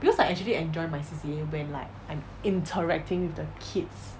because I actually enjoy my C_C_A when like I'm interacting with the kids